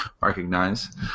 recognize